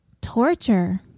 Torture